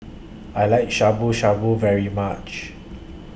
I like Shabu Shabu very much